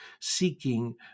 seeking